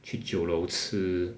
去酒楼吃